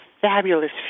fabulous